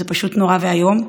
זה פשוט נורא ואיום.